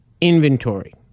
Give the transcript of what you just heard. inventory